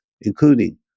including